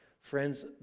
Friends